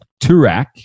Turak